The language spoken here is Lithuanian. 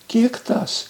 kiek tas